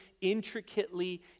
intricately